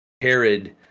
Herod